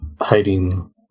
hiding